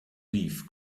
leave